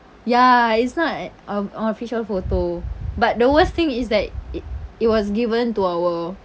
ya it's not an um official photo but the worst thing is that it it was given to our